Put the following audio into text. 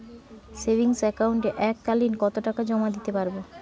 Savings একাউন্টে এক কালিন কতটাকা জমা দিতে পারব?